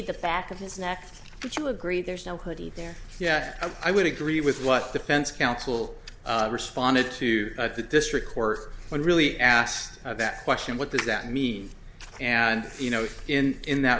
the back of his neck which you agree there's no hoodie there yet i would agree with what defense counsel responded to the district court when really asked that question what does that mean and you know in in that